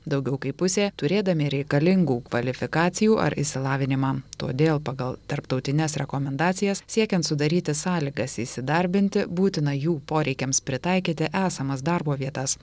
daugiau kaip pusė turėdami reikalingų kvalifikacijų ar išsilavinimą todėl pagal tarptautines rekomendacijas siekiant sudaryti sąlygas įsidarbinti būtina jų poreikiams pritaikyti esamas darbo vietas